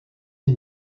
ich